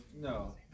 No